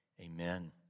Amen